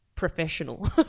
professional